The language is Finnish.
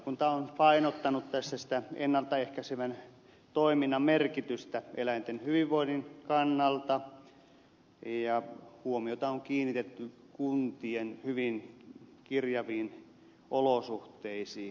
valiokunta on painottanut tässä ennalta ehkäisevän toiminnan merkitystä eläinten hyvinvoinnin kannalta ja huomiota on kiinnitetty kuntien hyvin kirjaviin olosuhteisiin järjestää palveluja